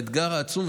עם האתגר העצום,